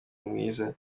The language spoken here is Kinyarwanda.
mwiza